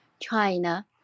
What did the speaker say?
China